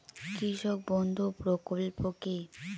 কৃষক বন্ধু প্রকল্প কি?